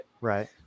Right